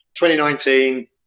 2019